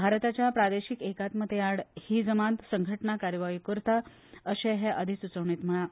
भारताच्या प्रादेशीक एकात्मते आड ही जमात संघटणा कारवायो करता अशें हे अधिसुचोवणेंत म्हळां